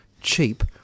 cheap